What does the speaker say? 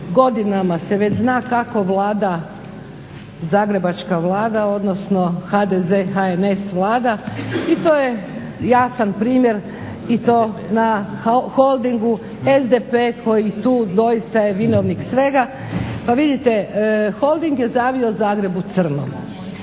godinama se već zna kako Vlada, zagrebačka Vlada, odnosno SDP-HNS vlada i to je jasan primjer i to na Holdingu, SDP koji tu doista je vinovnik svega. Pa vidite, Holding je zavio Zagreb u crno.